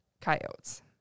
Coyotes